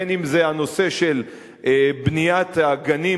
בין שזה הנושא של בניית הגנים,